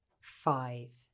Five